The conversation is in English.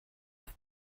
have